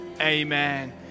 amen